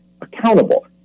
accountable